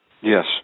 Yes